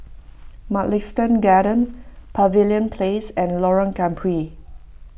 Mugliston Gardens Pavilion Place and Lorong Gambir